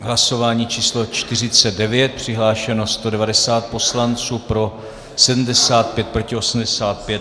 V hlasování číslo 49 přihlášeno 190 poslanců, pro 75, proti 85.